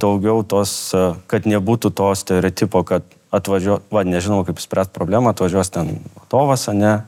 daugiau tos kad nebūtų to stereotipo kad atvažiuo nežinau kaip spręst problemą atvažiuos ten stovas ane